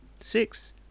six